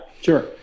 sure